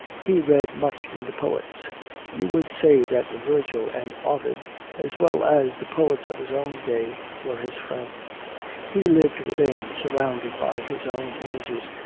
he read much in the poets you would say that vergil and ovid, as well as the poets of his own day, were his friends he lived within, surrounded by his own images,